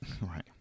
Right